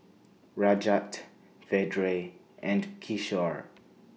Rajat Vedre and Kishore